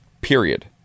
period